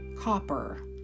copper